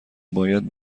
باید